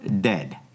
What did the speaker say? dead